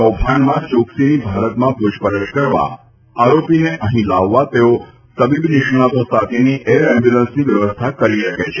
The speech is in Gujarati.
કોભાંડમાં ચોક્સીની ભારતમાં પૂછપરછ કરવા આરોપીને અહીં લાવવા તેઓ તબીબી નિષ્ણાંતો સાથેની એર એમ્બ્યુલન્સની વ્યવસ્થા કરી શકે છે